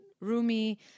Rumi